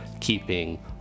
keeping